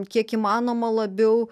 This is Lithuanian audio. kiek įmanoma labiau